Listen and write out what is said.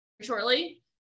shortly